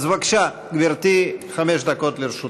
אנחנו, אז בבקשה, גברתי, חמש דקות לרשותך.